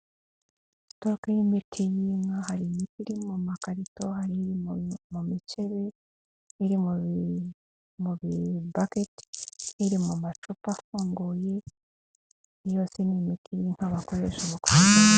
Imwe mu imiti y'inka hari iri mu makarito, hari mu mikebe, iri mu mubiri baketi, iri mu macupa afunguye yose ni imiti y'inka bakoresha mukuzivura.